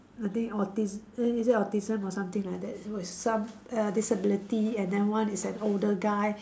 I think autis~ eh is it autism or something like that it was some err disability and then one is an older guy